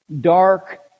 dark